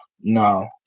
No